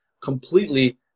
completely